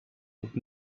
would